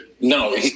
No